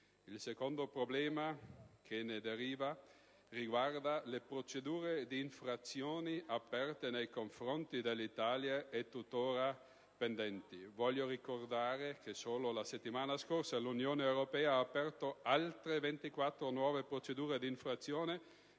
Il secondo problema che ne deriva riguarda le procedure di infrazione aperte nei confronti dell'Italia e tuttora pendenti. Voglio ricordare che solo la settimana scorsa l'Unione europea ha aperto altre 24 nuove procedure di infrazione,